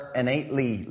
innately